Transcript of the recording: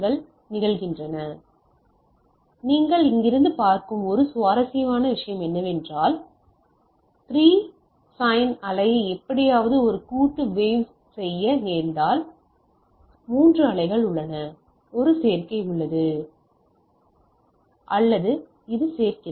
இப்போது நீங்கள் இங்கிருந்து பார்க்கும் ஒரு சுவாரஸ்யமான விஷயம் ஆகவே இந்த 3 சைன் அலையை எப்படியாவது ஒரு கூட்டு வௌஸ் செய்ய சேர்த்தால் 3 அலைகள் உள்ளன ஒரு சேர்க்கை உள்ளது அல்லது இது சேர்க்கிறது